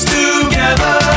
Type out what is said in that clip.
together